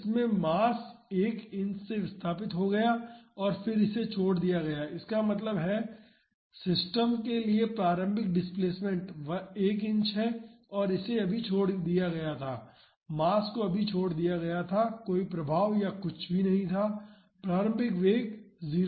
तो इसमें mass 1 inch से विस्थापित हो गया और फिर इसे छोड़ दिया गया इसका मतलब है सिस्टम के लिए प्रारंभिक डिस्प्लेसमेंट 1 इंच है और इसे अभी छोड़ा गया था मास को अभी छोड़ा गया था कोई प्रभाव या कुछ भी नहीं था प्रारंभिक वेग 0 है